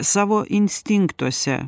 savo instinktuose